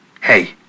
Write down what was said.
hey